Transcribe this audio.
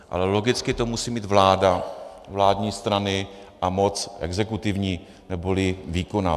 Ale logicky to musí mít vláda, vládní strany a moc exekutivní neboli výkonná.